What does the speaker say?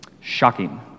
Shocking